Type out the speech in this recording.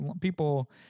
People